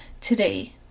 today